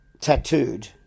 tattooed